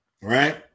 right